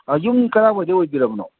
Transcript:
ꯑꯥ ꯌꯨꯝ ꯀꯔꯥꯏꯋꯥꯏꯗꯒꯤ ꯑꯣꯏꯕꯤꯔꯕꯅꯣ